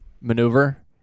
maneuver